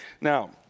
Now